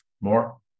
more